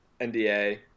NDA